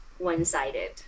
one-sided